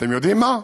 אתם יודעים מה?